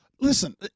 Listen